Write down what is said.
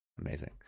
Amazing